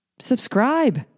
subscribe